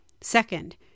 Second